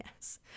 Yes